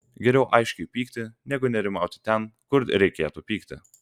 geriau aiškiai pykti negu nerimauti ten kur reikėtų pykti